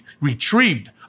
retrieved